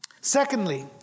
Secondly